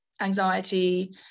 anxiety